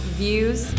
views